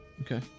Okay